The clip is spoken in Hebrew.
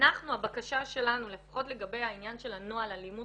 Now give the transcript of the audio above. הבקשה שלנו לפחות לגבי העניין של הנוהל אלימות